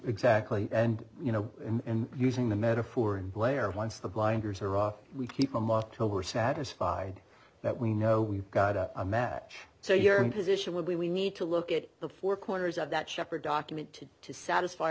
exactly and you know in using the metaphor and player once the blinders are off we keep them october satisfied that we know we've got a match so your position would be we need to look at the four corners of that shepherd document to satisfy